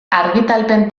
argitalpen